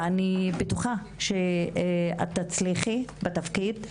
אני בטוחה שאת תצליחי בתפקיד.